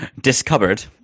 discovered